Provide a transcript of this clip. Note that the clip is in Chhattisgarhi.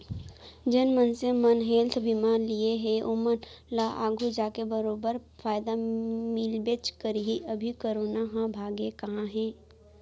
जेन मनसे मन हेल्थ बीमा लिये हें ओमन ल आघु जाके बरोबर फायदा मिलबेच करही, अभी करोना ह भागे कहॉं हे?